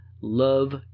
Love